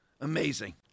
amazing